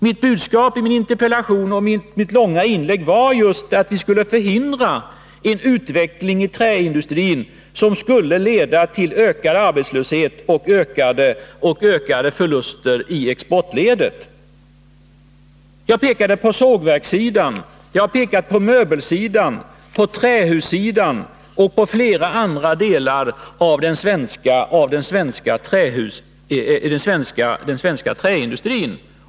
Mitt budskap i interpellationen och det långa inlägget var just att vi skulle förhindra en utveckling inom träindustrin som skulle leda till ökad arbetslöshet och ökade förluster i exportledet. Jag pekade på sågverkssidan, möbelsidan, trähussidan och flera andra delar av den svenska träindustrin.